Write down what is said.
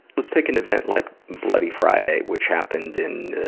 let's take an event like bloody friday, which happened in